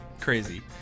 crazy